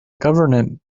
government